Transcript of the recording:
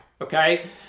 okay